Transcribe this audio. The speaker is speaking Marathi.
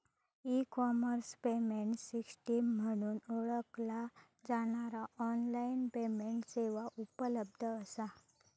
ई कॉमर्स पेमेंट सिस्टम म्हणून ओळखला जाणारा ऑनलाइन पेमेंट सेवा उपलब्ध असा